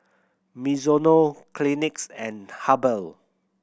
Mizuno Kleenex and Habhal